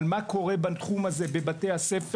על מה קורה בתחום הזה בבתי-הספר,